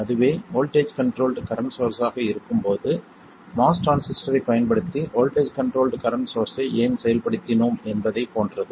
அதுவே voltage controlled current source ஆக இருக்கும்போது MOS டிரான்சிஸ்டரைப் பயன்படுத்தி வோல்ட்டேஜ் கண்ட்ரோல்ட் கரண்ட் சோர்ஸ்ஸை ஏன் செயல்படுத்தினோம் என்பதை போன்றது